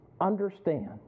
understand